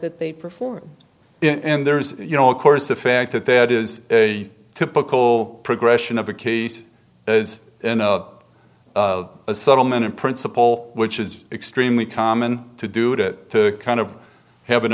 that they perform in there is you know of course the fact that there is a typical progression of a case is a settlement in principle which is extremely common to do to kind of have an